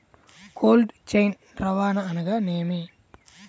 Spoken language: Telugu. కోల్డ్ చైన్ రవాణా అనగా నేమి?